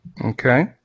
okay